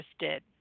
interested